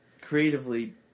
Creatively